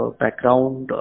background